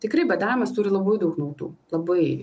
tikrai badavimas turi labai daug naudų labai